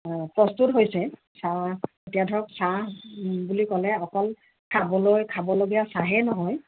প্ৰস্তুত হৈছে চাহ এতিয়া ধৰক চাহ বুলি ক'লে অকল খাবলৈ খাবলগীয়া চাহেই নহয়